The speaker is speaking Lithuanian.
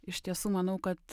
iš tiesų manau kad